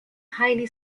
highly